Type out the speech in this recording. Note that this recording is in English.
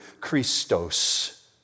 Christos